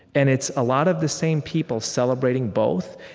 and it's a lot of the same people celebrating both.